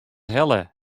helle